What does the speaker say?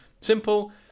simple